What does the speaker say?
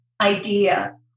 idea